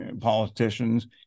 politicians